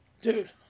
Dude